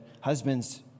husbands